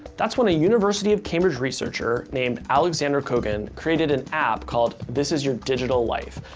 that's when a university of cambridge researcher named aleksandr kogan created an app called thisisyourdigitallife.